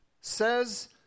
says